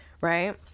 right